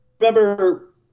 remember